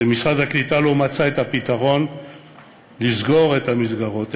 ומשרד הקליטה לא מצא את הפתרון לסגור את המסגרות.